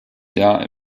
jahr